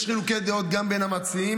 יש חילוקי דעות גם בין המציעים,